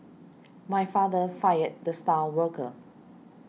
my father fired the star worker